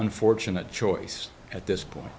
unfortunate choice at this point